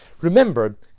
Remember